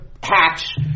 patch